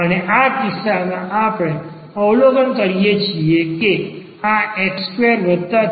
અને આ કિસ્સામાં આપણે અવલોકન કરીએ છીએ કે આ x2 3y2 c છે